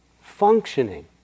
functioning